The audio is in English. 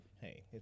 hey